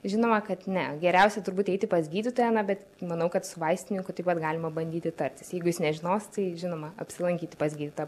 žinoma kad ne geriausiai turbūt eiti pas gydytoją na bet manau kad su vaistininku taip pat galima bandyti tartis jeigu jis nežinos tai žinoma apsilankyti pas gydytoją